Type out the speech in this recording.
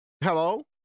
hello